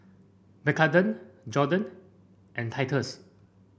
Macarthur Jordon and Thaddeus